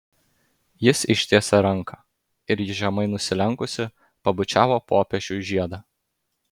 jis ištiesė ranką ir ji žemai nusilenkusi pabučiavo popiežiui žiedą